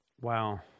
Wow